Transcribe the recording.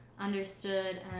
understood